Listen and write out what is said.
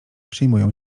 przyjmują